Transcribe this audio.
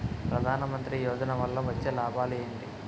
ప్రధాన మంత్రి యోజన వల్ల వచ్చే లాభాలు ఎంటి?